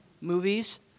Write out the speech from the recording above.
movies